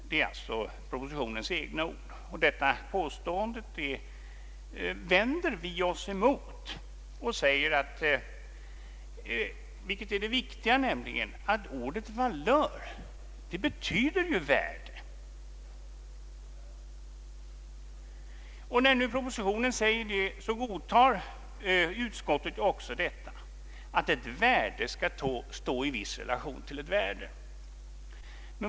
Detta är propositionens egna ord. Detta påstående vänder vi oss emot och säger — vilket är det viktiga — att ordet valör betyder värde, Vad propositionen säger godtas av utskottet, vilket i detta fall betyder att ett värde skall stå i viss relation till ett värde.